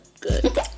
good